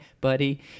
buddy